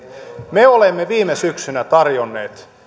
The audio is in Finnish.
me olemme viime syksynä tarjonneet